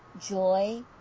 joy